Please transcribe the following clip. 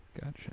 Gotcha